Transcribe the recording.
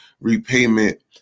repayment